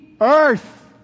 earth